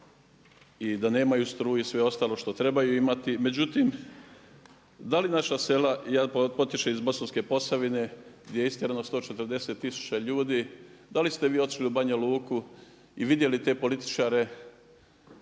i da nemaju struju i sve ostalo što trebaju imati. Međutim, da li naša sela, ja potječem iz Bosanske posavine gdje je iskreno 140 tisuća ljudi, da li ste vi otišli u Banja Luku i vidjeli te političare,